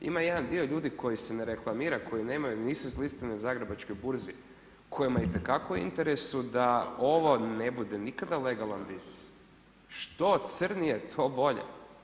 Ima jedan dio ljudi koji se ne reklamira, koji nemaju, nisu izlistani na Zagrebačkoj burzi, kojima je itekako u interesu, da ovo ne bude nikakav legalan biznis, što crnije to bolje.